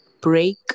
break